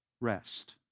rest